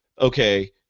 okay